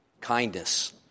kindness